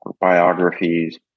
biographies